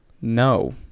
No